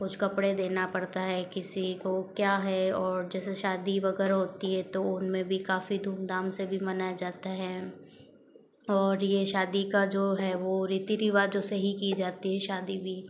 कुछ कपड़े देना पड़ता है किसी को क्या है और जैसे शादी वगैरह होती है तो उनमें भी काफ़ी धूमधाम से भी मनाया जाता है और ये शादी का जो है वो रीति रिवाजों से ही की जाती है शादी भी